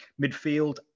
Midfield